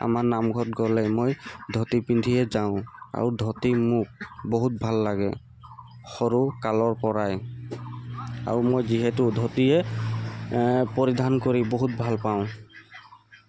আমাৰ নামঘৰত গ'লে মই ধুতি পিন্ধিয়ে যাওঁ আৰু ধুতি মোক বহুত ভাল লাগে সৰু কালৰ পৰাই আৰু মই যিহেতু ধুতিয়ে পৰিধান কৰি বহুত ভাল পাওঁ